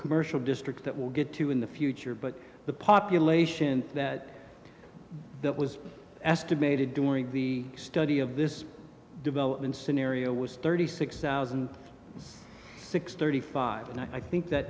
commercial districts that we'll get to in the future but the population that that was estimated during the study of this development scenario was thirty six thousand six thirty five and i think that